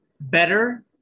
better